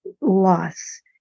loss